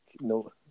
no